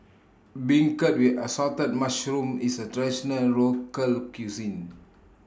Beancurd with Assorted Mushrooms IS A Traditional Local Cuisine